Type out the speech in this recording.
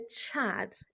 Chad